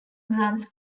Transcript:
runs